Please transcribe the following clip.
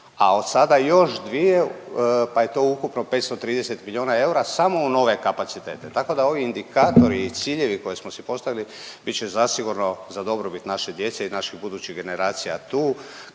a od sada još 2 pa je to ukupno 530 milijuna eura samo u nove kapacitete. Tako da ovi indikatori i ciljevi koje smo si postavili bit će zasigurno za dobrobit naše djece i naših budućih generacija tu.